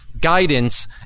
guidance